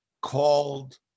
called